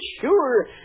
sure